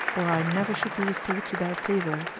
or i never should be restored to their favour,